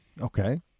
Okay